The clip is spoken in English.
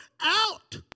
out